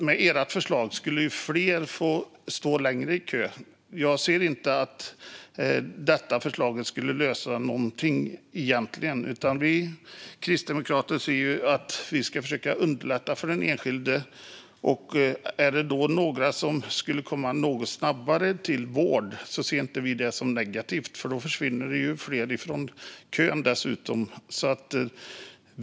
Med ert förslag skulle fler få stå längre i kö. Jag ser inte att det skulle lösa någonting. Vi kristdemokrater ser att vi ska försöka underlätta för den enskilde. Är det då några som skulle komma något snabbare till vård ser inte vi det som negativt, för då försvinner ju fler från kön.